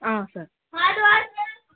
sir